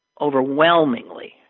overwhelmingly